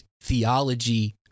theology